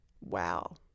Wow